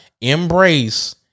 Embrace